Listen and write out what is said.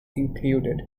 included